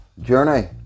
journey